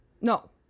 No